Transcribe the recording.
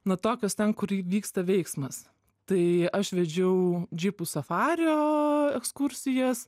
na tokios ten kur vyksta veiksmas tai aš vedžiau džipų safario ekskursijas